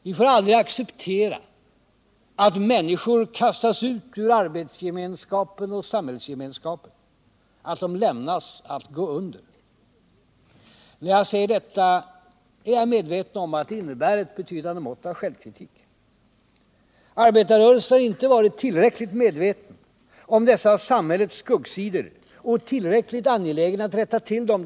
Vi får aldrig acceptera att människor kastas ut ur arbetsoch samhällsgemenskapen, att de lämnas att gå under. När jag säger detta, är jag medveten om att det innebär ett betydande mått av självkritik. Arbetarrörelsen har inte varit tillräckligt medveten om dessa samhällets skuggsidor och tillräckligt angelägen att rätta till dem.